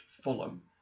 Fulham